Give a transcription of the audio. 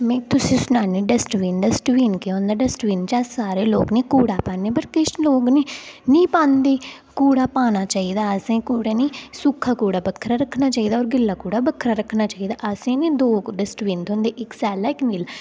में तुसेंई सनान्नी आं डस्टबिन डस्टबिन केह् होंदा डस्टबिन च अस सारे लोक नी कूड़ा पांदे पर किश लोग निं पांदे कूड़ा पाना चाहिदा असें कूड़ा निं सुक्का कूड़ा बक्खरा रक्खना चाहिदा गिल्ला कूड़ा बक्खरा रक्खना चाहिदा असें न दौं डस्टबिन थ्होंदे इक्क सैल्ला इक्क नीला